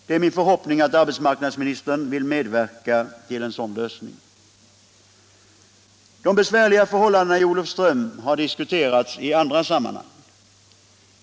Det är min förhoppning att arbetsmarknadsministern vill medverka till en sådan lösning. De besvärliga förhållandena i Olofström har diskuterats i andra sammanhang.